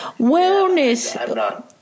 Wellness